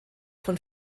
von